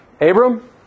Abram